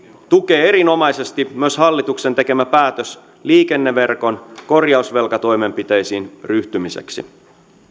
tukee erinomaisesti myös hallituksen tekemä päätös liikenneverkon korjausvelkatoimenpiteisiin ryhtymiseksi